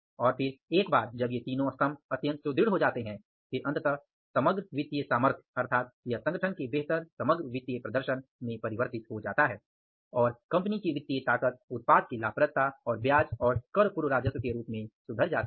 और फिर एक बार जब ये तीनो स्तंभ अत्यंत सुदृढ़ हो जाते हैं फिर अंततः समग्र वितीय सामर्थ्य अर्थात यह संगठन के बेहतर समग्र वित्तीय प्रदर्शन में परिवर्तित हो जाता है और कंपनी की वित्तीय ताकत उत्पाद की लाभप्रदता और ब्याज और कर पूर्व राजस्व के रूप में सुधर जाती है